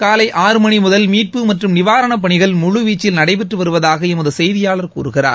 காலை ஆறு மணி முதல் மீட்பு மற்றும் நிவாரணப் பணிகள் முழுவீச்சில் நடைபெற்று வருவதாக எமது செய்தியாளர் கூறுகிறார்